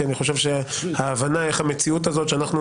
כי אני חושב שההבנה איך המציאות הזאת שאנחנו